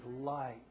light